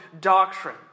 doctrine